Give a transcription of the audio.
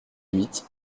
huit